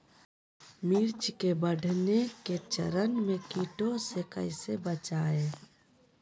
मिर्च के बढ़ने के चरण में कीटों से कैसे बचये?